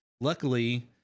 luckily